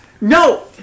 no